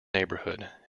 neighborhood